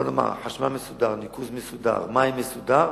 חשמל, מסודר, ניקוז, מסודר, מים, מסודר,